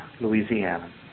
Louisiana